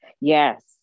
yes